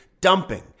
dumping